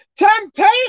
Temptation